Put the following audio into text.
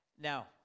Now